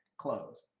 close.